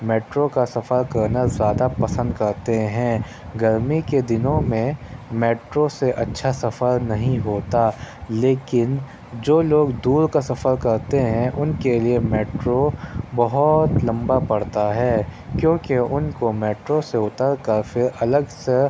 metro کا سفر کرنا زیادہ پسند کرتے ہیں گرمی کے دِنوں میں میٹرو سے اچھا سفر نہیں ہوتا لیکن جو لوگ دور کا سفر کرتے ہیں اُن کے لیے میٹرو بہت لمبا پڑتا ہے کیونکہ اُن کو میٹرو سے اُتر کر پھر الگ سے